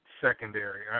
secondary